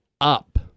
up